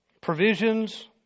provisions